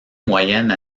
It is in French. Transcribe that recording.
moyenne